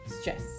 stress